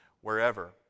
wherever